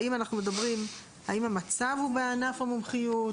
האם המצב הוא בענף המומחיות,